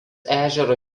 ežero